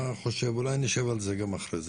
אולי נשב על זה גם אחרי,